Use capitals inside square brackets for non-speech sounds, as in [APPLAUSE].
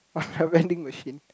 [LAUGHS] vending machine